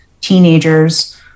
teenagers